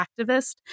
activist